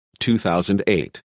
2008